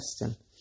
question